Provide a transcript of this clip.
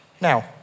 Now